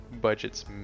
budgets